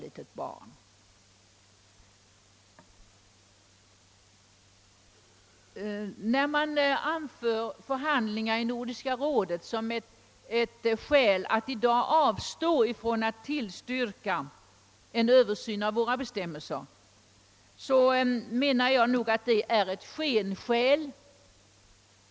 Jag menar att de som i dag hänvisar till förhandlingarna i Nordiska rådet som motiv för att i dag avstå från att tillstyrka en översyn av våra bestämmelser på detta område bara anför detta som ett svepskäl.